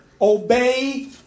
obey